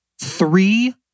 three